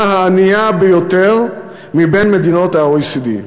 הענייה ביותר מבין מדינות ה-OECD.